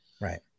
Right